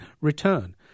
return